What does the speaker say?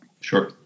Sure